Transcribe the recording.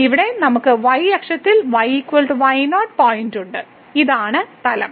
ഇവിടെ നമുക്ക് y അക്ഷത്തിൽ y y0 പോയിന്റുണ്ട് ഇതാണ് തലം